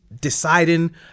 deciding